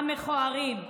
המכוערים.